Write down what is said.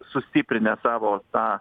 sustiprinę savo tą